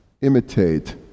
imitate